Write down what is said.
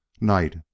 night